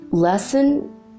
Lesson